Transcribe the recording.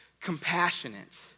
compassionate